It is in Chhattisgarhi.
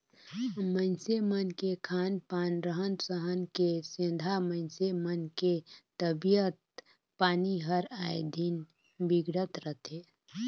मइनसे मन के खान पान, रहन सहन के सेंधा मइनसे मन के तबियत पानी हर आय दिन बिगड़त रथे